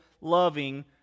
loving